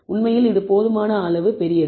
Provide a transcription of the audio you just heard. உண்மையில் இது போதுமான அளவு பெரியது